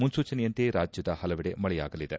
ಮುನ್ಲೂಚನೆಯಂತೆ ರಾಜ್ಯದ ಹಲವೆಡೆ ಮಳೆಯಾಗಲಿದೆ